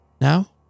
now